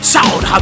Sound